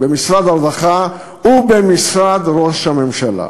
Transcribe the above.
במשרד הרווחה ובמשרד ראש הממשלה.